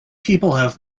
people